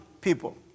people